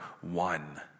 one